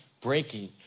breaking